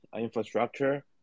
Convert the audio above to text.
infrastructure